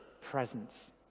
presence